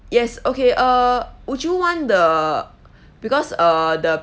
yes okay uh would you want the because uh the